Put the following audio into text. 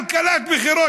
כלכלת בחירות.